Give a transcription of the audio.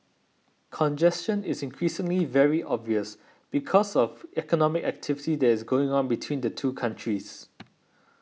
congestion is increasingly very obvious because of economic activity that is going on between the two countries